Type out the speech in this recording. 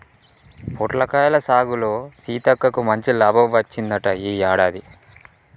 పొట్లకాయల సాగులో సీతక్కకు మంచి లాభం వచ్చిందంట ఈ యాడాది